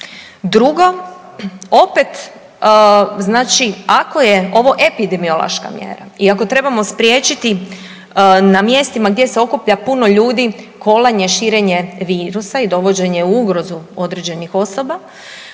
drugo, opet znači ako je ovo epidemiološka mjera i ako trebamo spriječiti na mjestima gdje se okuplja puno ljudi, kolanje, širenje virusa i dovođenje u ugrozu određenih osoba,